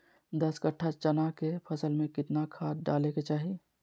दस कट्ठा चना के फसल में कितना खाद डालें के चाहि?